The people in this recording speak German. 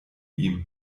ihm